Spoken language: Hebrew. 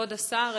כבוד השר,